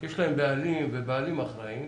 יש להם בעלים ובעלים אחראיים,